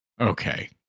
okay